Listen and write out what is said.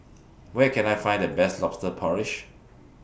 Where Can I Find The Best Lobster Porridge